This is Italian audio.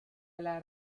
alla